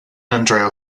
andrea